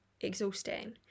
exhausting